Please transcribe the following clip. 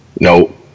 No